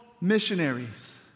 missionaries